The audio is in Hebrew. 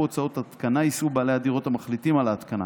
בהוצאות ההתקנה יישאו בעלי הדירות המחליטים על ההתקנה,